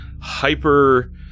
hyper